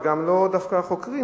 וגם לא דווקא החוקרים,